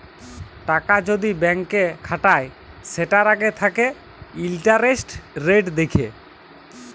টাকা যদি ব্যাংকে খাটায় সেটার আগে থাকে ইন্টারেস্ট রেট দেখে